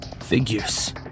figures